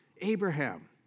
Abraham